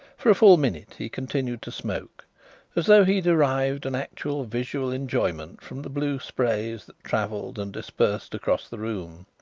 for a full minute he continued to smoke as though he derived an actual visual enjoyment from the blue sprays that travelled and dispersed across the room.